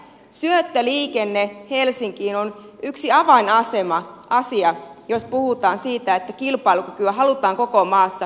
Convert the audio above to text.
syöttöliikenne helsinkiin on yksi avainasia jos puhutaan siitä että kilpailukykyä halutaan koko maassa pitää yllä